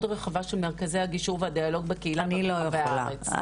רחבה של מרכזי הגישור והדיאלוג בקהילה בכל רחבי הארץ.